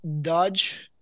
Dodge